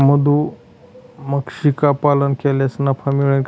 मधुमक्षिका पालन केल्यास नफा मिळेल का?